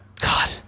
God